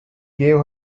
gave